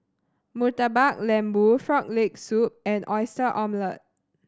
Murtabak Lembu Frog Leg Soup and Oyster Omelette